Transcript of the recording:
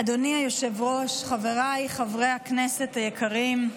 אדוני היושב-ראש, חבריי חברי הכנסת היקרים,